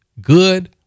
Good